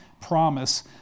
promise